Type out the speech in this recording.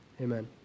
amen